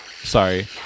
Sorry